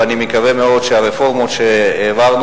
ואני מקווה מאוד שהרפורמות שהעברנו,